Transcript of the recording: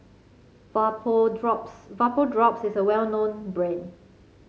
Vapodrops Vapodrops is a well known brand